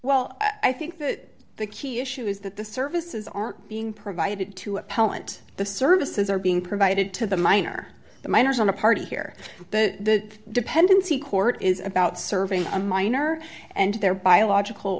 well i think that the key issue is that the services aren't being provided to appellant the services are being provided to the minor minors on the part here that dependency court is about serving a minor and their biological